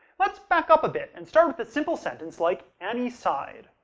let's back up a bit and start with a simple sentence, like annie sighed.